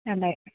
അതെ